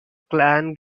clan